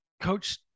Coach